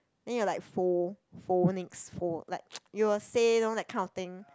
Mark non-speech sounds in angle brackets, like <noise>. then you're like pho~ phonics pho~ like <noise> you will say you know that kind of thing